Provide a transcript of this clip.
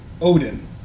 Odin